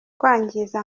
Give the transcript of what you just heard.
kwangiza